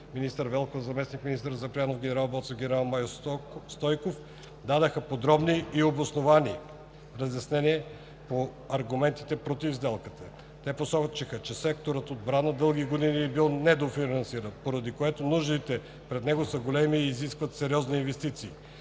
Велкова, заместник-министър Запрянов, генерал Боцев, генерал-майор Стойков дадоха подробни и обосновани разяснения по аргументите против сделката. Те посочиха, че секторът отбрана дълги години е бил недофинансиран, поради което нуждите пред него са големи и изискват сериозни инвестиции.